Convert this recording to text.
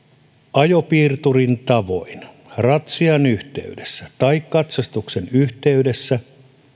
ajopiirturin tavoin ratsian yhteydessä tai katsastuksen yhteydessä